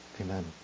amen